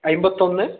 അമ്പത്തി ഒന്ന്